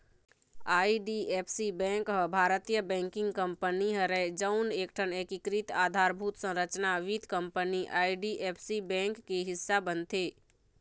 IDFC bank ह भारतीय banking company हरय जउन एकठन एकीकृत अधारभूत संरचना वित्त कंपनी आई.डी.एफ.सी बेंक के हिस्सा बनथे